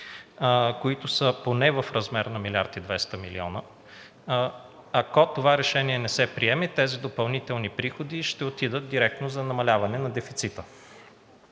които са поне в размер на милиард и двеста милиона. Ако това решение не се приеме, тези допълнителни приходи ще отидат директно за намаляване на дефицита.